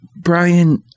Brian